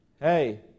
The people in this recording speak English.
Hey